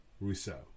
Rousseau